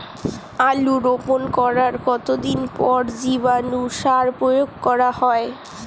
আলু রোপণ করার কতদিন পর জীবাণু সার প্রয়োগ করা হয়?